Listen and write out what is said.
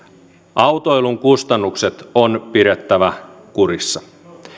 autoilun kustannukset on pidettävä kurissa